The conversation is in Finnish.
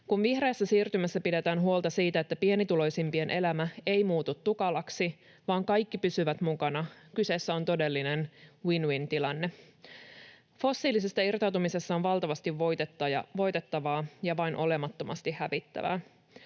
Kun vihreässä siirtymässä pidetään huolta siitä, että pienituloisimpien elämä ei muutu tukalaksi vaan kaikki pysyvät mukana, kyseessä on todellinen win-win-tilanne. Fossiilisista irtautumisessa on valtavasti voitettavaa ja vain olemattomasti hävittävää.